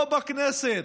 פה בכנסת,